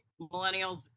millennials